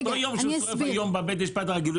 הוא ישרוף פה יום כמו שישרוף בבית הדין הרגיל.